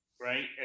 right